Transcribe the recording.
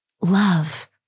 love